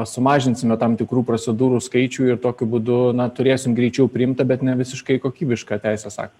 sumažinsime tam tikrų procedūrų skaičių ir tokiu būdu na turėsim greičiau priimtą bet ne visiškai kokybišką teisės aktą